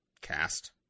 cast